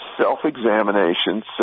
self-examination